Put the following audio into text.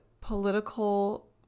political